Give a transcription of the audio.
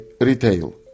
retail